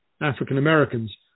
African-Americans